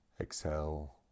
Exhale